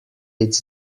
its